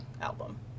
album